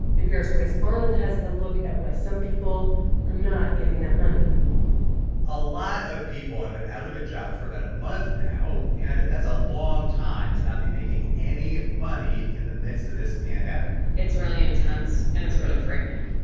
npr's chris arnold has a look at why some people are not getting that money a lot of people have been out of a job for about a month now, and that's a long time to not be making any money in the midst of this pandemic it's really intense, and it's really frightening.